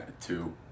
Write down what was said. Two